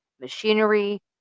machinery